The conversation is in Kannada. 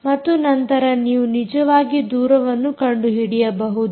ಮತ್ತು ನಂತರ ನೀವು ನಿಜವಾಗಿ ದೂರವನ್ನು ಕಂಡುಹಿಡಿಯಬಹುದು